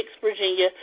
Virginia